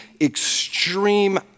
extreme